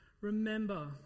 remember